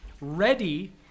ready